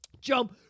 Jump